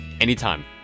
anytime